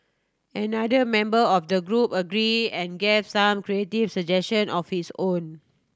another member of the group agree and gave some creative suggestion of his own